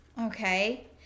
Okay